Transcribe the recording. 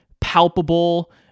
palpable